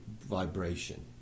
vibration